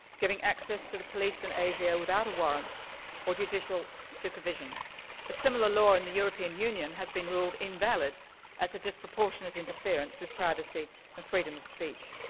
giving access to the police in asia without a warrant or judicial supervision. a similar law in the european union has been ruled invalid as a disproportionate interference with privacy and freedom of speech.